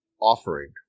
offering